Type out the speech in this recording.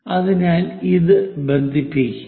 അതിനാൽ അത് ബന്ധിപ്പിക്കുക